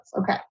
Okay